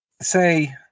say